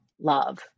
love